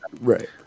Right